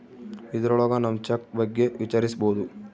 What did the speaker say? ಇದ್ರೊಳಗ ನಮ್ ಚೆಕ್ ಬಗ್ಗೆ ವಿಚಾರಿಸ್ಬೋದು